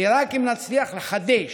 כי רק אם נצליח לחדש